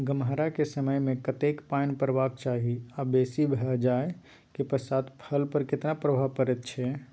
गम्हरा के समय मे कतेक पायन परबाक चाही आ बेसी भ जाय के पश्चात फसल पर केना प्रभाव परैत अछि?